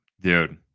Dude